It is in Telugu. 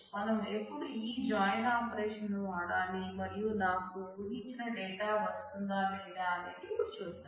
మనం ఎపుడు ఈ జాయిన్ ఆపరేషన్ ను వాడాలి మరియు నాకు ఊహించిన డేటా వస్తుందా లేదా అనేది ఇపుడు చూద్దాం